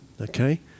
Okay